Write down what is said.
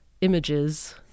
images